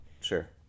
Sure